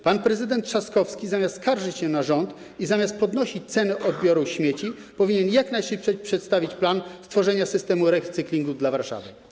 Pan prezydent Trzaskowski zamiast skarżyć się na rząd i zamiast podnosić ceny odbioru śmieci, powinien jak najszybciej przedstawić plan stworzenia systemu recyklingu dla Warszawy.